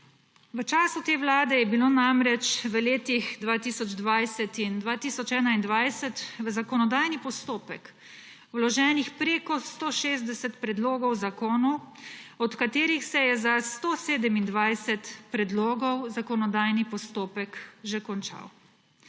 V času te vlade je bilo namreč v letih 2020 in 2021 v zakonodajni postopek vloženih preko 160 predlogov zakonov, od katerih se je za 127 predlogov zakonodajni postopek že končal.